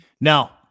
Now